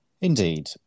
Indeed